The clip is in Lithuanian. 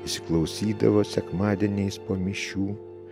įsiklausydavo sekmadieniais po mišių